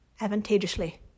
advantageously